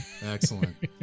Excellent